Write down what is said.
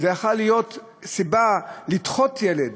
זאת יכלה להיות סיבה לדחות ילד